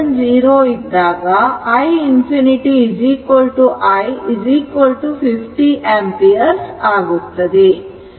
t0 ಇದ್ದಾಗ i ∞ I 50 ampere ಆಗುತ್ತದೆ